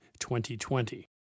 2020